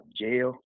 jail